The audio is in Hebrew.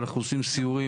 אנחנו עושים סיורים,